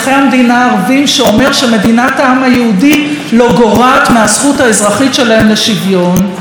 שאומר שמדינת העם היהודי לא גורעת מהזכות האזרחית שלהם לשוויון,